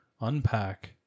unpack